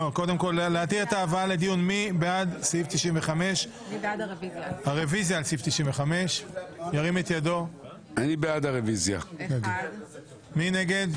1. מי נגד?